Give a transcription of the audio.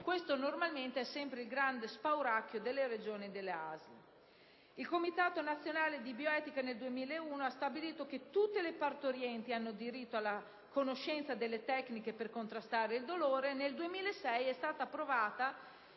Questo, normalmente, è sempre il grande spauracchio delle Regioni e delle ASL. Il Comitato nazionale di bioetica ha stabilito nel 2001 che tutte le partorienti hanno diritto alla conoscenza delle tecniche per contrastare il dolore e nel 2006 è stato approvato